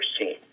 seen